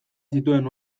zituen